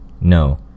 No